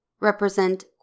represent